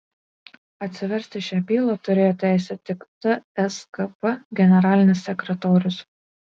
atsiversti šią bylą turėjo teisę tik tskp generalinis sekretorius